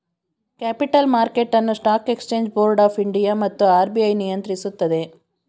capital market ಅನ್ನು stock exchange board of India ಮತ್ತು RBI ನಿಯಂತ್ರಿಸುತ್ತದೆ